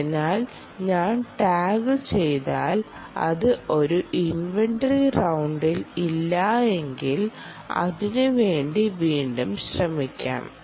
അതിനാൽ ഞാൻ ടാഗുചെയ്താൽ അത് ഒരു ഇൻവെന്ററി റൌണ്ടിൽ ഇല്ലായെങ്കിൽ അതിനുവേണ്ടി വീണ്ടും ശ്രമിക്കാം